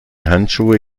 handschuhe